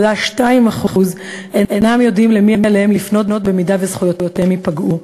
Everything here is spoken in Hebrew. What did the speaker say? ו-87.2% אינם יודעים למי עליהם לפנות אם זכויותיהם ייפגעו.